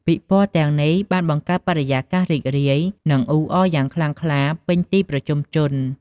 ពិព័រណ៍ទាំងនេះ បានបង្កើតបរិយាកាសរីករាយ និងអ៊ូអរយ៉ាងខ្លាំងក្លាពេញទីប្រជុំជន។